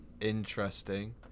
interesting